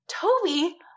Toby –